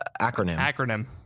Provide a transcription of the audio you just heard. Acronym